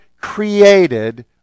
created